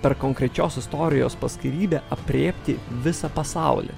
per konkrečios istorijos paskyrybę aprėpti visą pasaulį